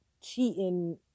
cheating